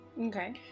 Okay